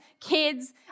kids